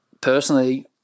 personally